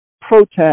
protest